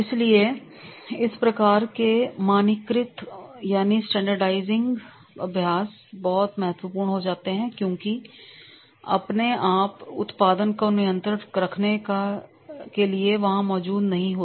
इसलिए इस प्रकार के मानकीकृत यानी स्टैंडर्डाइजिंग अभ्यास बहुत महत्वपूर्ण हो जाते हैं क्योंकि आप अपने उत्पादन को नियंत्रण में रखने के लिए वहां मौजूद नहीं हो